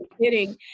kidding